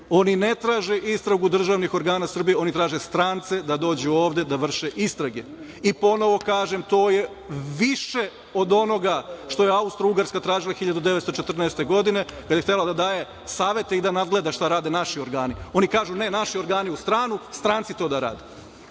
Oni ne traže istragu državnih organa Srbije, oni traže strance da dođu ovde da vrše istrage. I ponovo kažem, to je više od onoga što je Austrougarska tražila 1914. godine, kada je htela da daje savete i da nadgleda šta rade naši organi. Oni kažu – ne, naši organi u stranu, stranci to da rade.I